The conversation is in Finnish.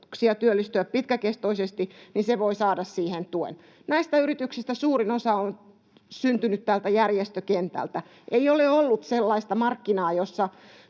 työllistyä pitkäkestoisesti, niin se voi saada siihen tuen. Näistä yrityksistä suurin osa on syntynyt järjestökentältä. Ei ole ollut sellaista markkinaa, jossa